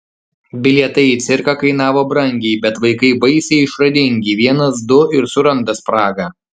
bilietai į cirką kainavo brangiai bet vaikai baisiai išradingi vienas du ir suranda spragą